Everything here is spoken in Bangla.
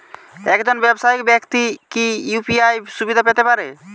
একজন ব্যাবসায়িক ব্যাক্তি কি ইউ.পি.আই সুবিধা পেতে পারে?